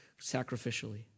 sacrificially